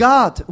God